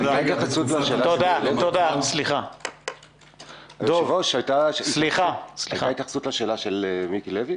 אני יושב-ראש ועדת הכלכלה בהתאחדות התעשיינים,